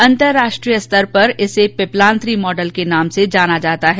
अन्तर्राष्ट्रीय स्तर पर इसे पिपलांत्री मॉडल के नाम से जाना जाता है